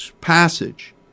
passage